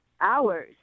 hours